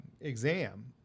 Exam